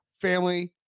family